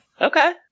Okay